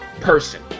person